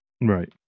Right